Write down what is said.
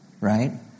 right